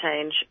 change